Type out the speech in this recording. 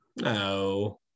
No